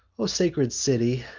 o sacred city,